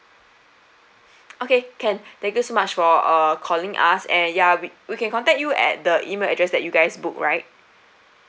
okay can thank you so much for uh calling us and ya we we can contact you at the email address that you guys booked right